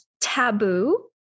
taboo